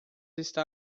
está